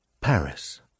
Paris